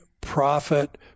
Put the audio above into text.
prophet